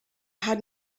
had